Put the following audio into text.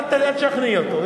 אל תשכנעי אותו,